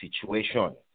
situation